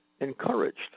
encouraged